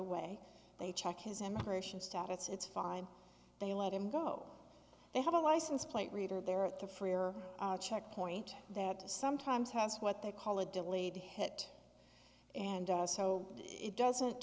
away they check his immigration status it's fine they let him go they have a license plate reader there at the freer checkpoint that sometimes has what they call a delayed hit and so it doesn't